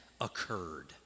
occurred